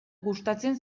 gustatzen